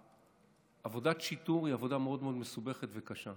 עבודת השיטור היא עבודה מאוד מאוד מסובכת וקשה,